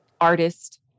artist